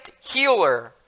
healer